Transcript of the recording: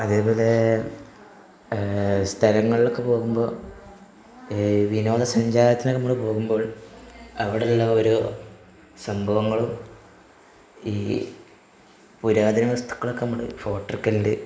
അതേപോലെ സ്ഥലങ്ങളിലൊക്കെ പോകുമ്പോള് ഈ വിനോദസഞ്ചാരത്തിന് നമ്മള് പോകുമ്പോൾ അവിടെയുള്ള ഓരോ സംഭവങ്ങളും ഈ പുരാതന വസ്തുക്കളൊക്കെ നമ്മള് ഫോട്ടോ എടുക്കലുണ്ട്